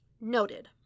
Noted